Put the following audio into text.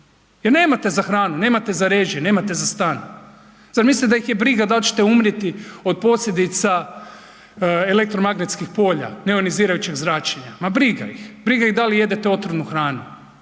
jer nemate za hranu, nemate za režije, nemate za stan. Zar mislite da ih je briga da li ćete umrijeti od posljedica elektromagnetskih polja neionizirajućeg zračenja? Ma briga ih. Briga ih da li jedete otrovnu hranu.